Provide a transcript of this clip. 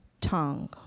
tongue